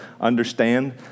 understand